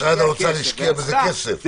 והשקיעו כסף,